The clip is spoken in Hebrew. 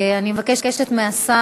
אני מבקשת מהשר,